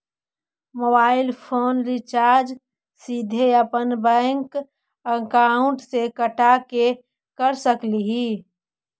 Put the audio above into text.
Mobile phone recharge सीधे अपन bank account से कटा के कर सकली ही?